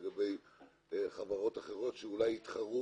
לגבי חברות אחרות שאולי יתחרו